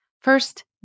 First